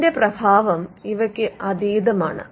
അതിന്റെ പ്രഭാവം ഇവയ്ക്ക് അതീതമാണ്